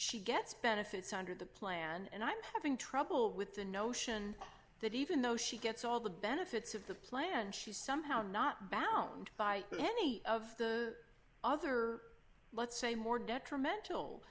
she gets benefits under the plan and i'm having trouble with the notion that even though she gets all the benefits of the plan she's somehow not bound by any of the other let's say more detrimental